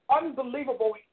unbelievable